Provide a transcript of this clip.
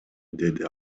деди